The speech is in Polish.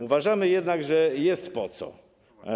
Uważamy jednak, że jest po co.